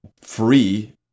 free